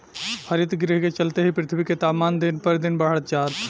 हरितगृह के चलते ही पृथ्वी के तापमान दिन पर दिन बढ़ल जाता